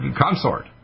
consort